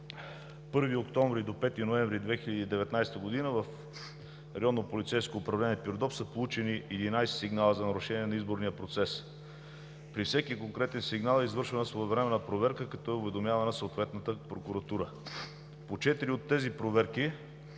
в Районно полицейско управление – Пирдоп, са получени 11 сигнала за нарушение на изборния процес. При всеки конкретен сигнал е извършвана своевременна проверка, като е уведомявана съответната прокуратура. По четири от тези проверки